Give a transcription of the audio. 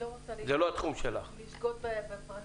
אני לא רוצה לשגות בפרטים,